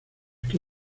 que